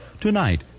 Tonight